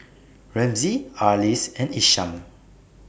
Ramsey Arlis and Isham